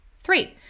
three